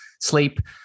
sleep